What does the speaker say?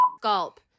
gulp